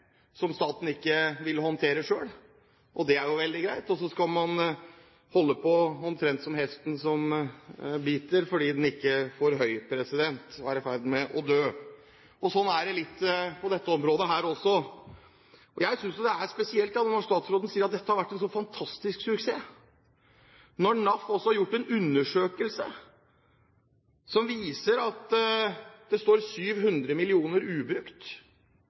som staten ikke vil håndtere selv – og det er jo veldig greit – og så skal man holde på omtrent som hesten som biter fordi den ikke får høy, og er i ferd med å dø. Slik er det på dette området også. Jeg synes det er spesielt at statsråden sier at dette har vært slik en fantastisk suksess, når NAF har gjort en undersøkelse som viser at det står 700 mill. kr ubrukt